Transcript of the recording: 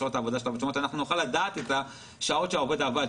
שנוכל לדעת את השעות שהעובד עבד,